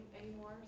anymore